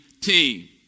team